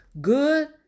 good